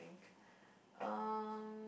um